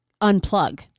unplug